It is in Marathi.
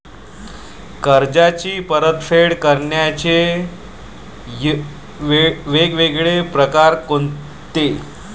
कर्जाची परतफेड करण्याचे वेगवेगळ परकार कोनचे?